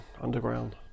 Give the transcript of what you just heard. underground